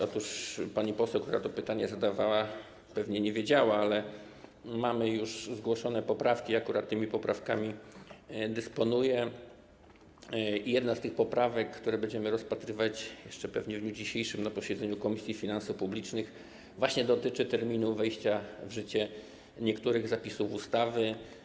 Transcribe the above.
Otóż pani poseł, która to pytanie zadawała, pewnie nie wiedziała, ale mamy już zgłoszone poprawki, akurat tymi poprawkami dysponuję, i jedna z tych poprawek, które będziemy rozpatrywać pewnie jeszcze w dniu dzisiejszym na posiedzeniu Komisji Finansów Publicznych, dotyczy właśnie terminu wejścia w życie niektórych zapisów ustawy.